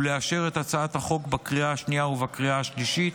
ולאשר את הצעת החוק בקריאה השנייה ובקריאה השלישית.